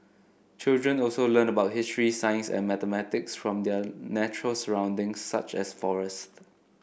children also learn about history science and mathematics from their natural surroundings such as forests